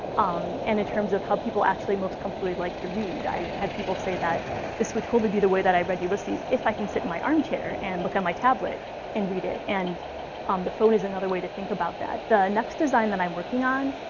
um and in terms of how people actually most comfortably like to read. i've had people say that this would totally be the way that i read ulysses if i could sit in my armchair and look on my tablet and read it. and the phone is another way to think about that. the next design that i'm working on